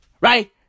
right